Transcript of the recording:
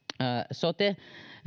sote